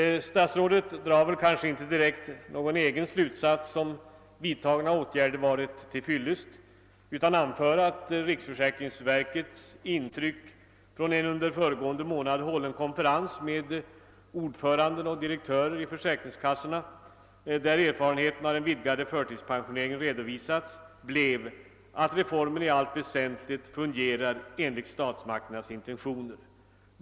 Statsrådet drar inte direkt några egna slutsatser om de vidtagna åtgärderna varit till fyllest, utan anför att riksförsäkringsverkets intryck från en under föregående månad hållen konferens med ordförande och direktörer i försäkringskassorna, varvid erfarenheterna av den vidgade förtidspensioneringen redovisades, blev »att reformen i allt väsentligt fungerar enligt statsmakternas intentioner».